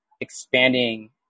expanding